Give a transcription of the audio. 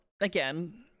again